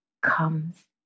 comes